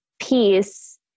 peace